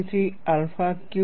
43 alpha cube